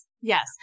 Yes